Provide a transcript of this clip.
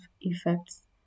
effects